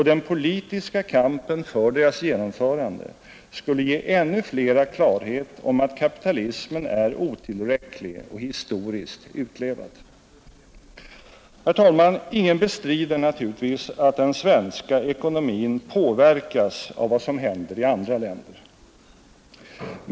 Den politiska kampen för deras genomförande skulle ge ännu flera = =X klarhet om att kapitalismen är otillräcklig och historiskt utlevad. Allmänpolitisk Fru talman! Ingen bestrider naturligtvis att den svenska ekonomin debatt påverkas av vad som händer i andra länder.